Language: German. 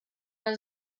man